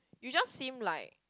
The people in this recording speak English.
you just seem like